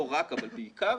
לא רק אבל בעיקר,